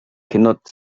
cannot